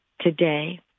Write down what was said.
Today